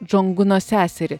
džong uno seserį